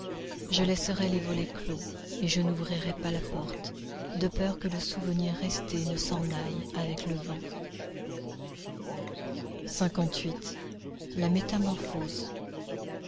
je laisserai les volets clos et je n'ouvrirai pas la porte de peur que le souvenir resté ne s'en aille avec le vent la métamorphose